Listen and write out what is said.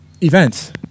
Events